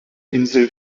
insel